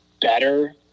better